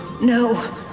no